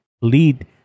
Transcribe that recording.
lead